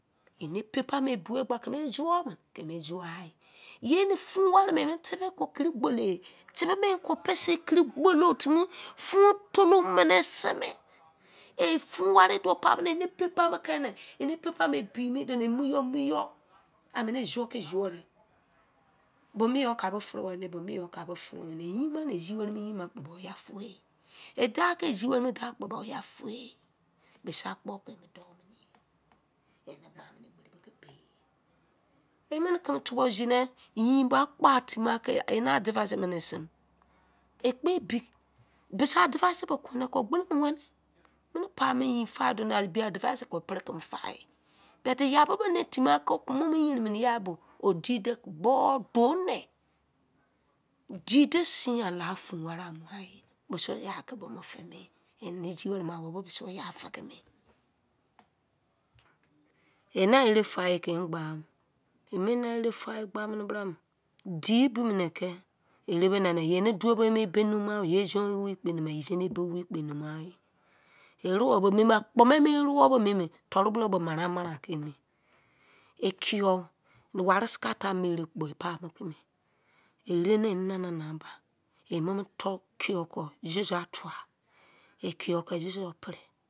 Eni paper me ebu we egba kimi e zuwoo mini? Kimi ezuwo ae ye eni fun wari me eni tibi kor kiri gboloe tibi me emo konpesi kiri gbolo weri fuun tolu mo mini se me tri paper me ebi mi duoni e muyo yo amin ezuo ki ezuo mini ye bo mi yo kia firi weni bo mi yo kia firi weni yinma kpo ba oya fuwe edua kiezzi weri emi dau kpo ba oya fuwebisi akpoo ki i mo dou mini yes ini egberi bo ki pei ye i mini kimi tubo zune yin bo a kpo a timi aki eni advice mini kimiisem ekpe ebi misi advice bo ko ne kon gbolomo weni ghem emini paase yin fa duom ebi advise kon pri kinit faebut yabi bone timi aki womo mo yerin mini yai bo wo dide boo duoni di de sinyam ta fun warri a mu ghan e misioyaa ki bome fime ini zi weri emi awou bo misioyaafikime, ena ere faeke emo gbaam diebimo ne ke ere bo emi ebe kpo mummy hane yel zon wei kpo i numgjan ezini ebe owa i mingha akpo ma emis erewon bo toru bo maran maran ki emi wara scatter mo ere kpo ela kumo e, ere me emo nana na ba inomo ekiyou kon zozo a tua iki yo kon zozo pri